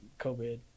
covid